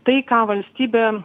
tai ką valstybė